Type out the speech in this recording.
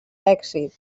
èxit